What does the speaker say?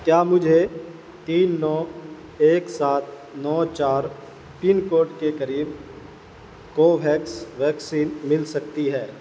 کیا مجھے تین نو ایک سات نو چار پن کوڈ کے قریب کووھیکس ویکسین مل سکتی ہے